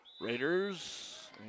Raiders